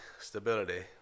stability